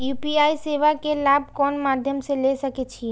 UPI सेवा के लाभ कोन मध्यम से ले सके छी?